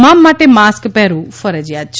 તમામ માટે માસ્ક પહેરવું ફરજિયાત છે